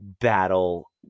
battle